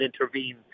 intervene